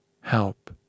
help